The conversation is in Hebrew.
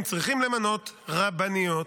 הם צריכים למנות רבניות.